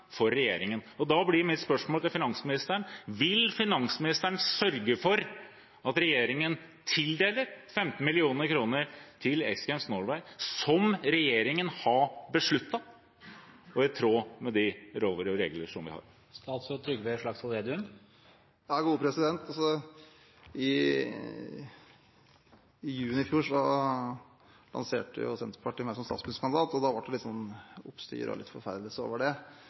for regjeringen. Da blir mitt spørsmål til finansministeren: Vil finansministeren sørge for at regjeringen tildeler 15 mill. kr til X Games Norway, som regjeringen har besluttet, i tråd med de lover og regler vi har? I juni i fjor lanserte Senterpartiet meg som statsministerkandidat, og da ble det litt oppstyr og forferdelse rundt det,